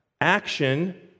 action